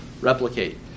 replicate